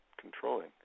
controlling